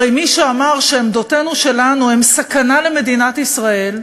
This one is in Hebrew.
הרי מי שאמר שעמדותינו שלנו הן סכנה למדינת ישראל,